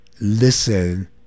listen